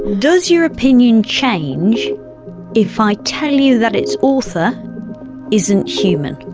does your opinion change if i tell you that its author isn't human?